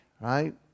right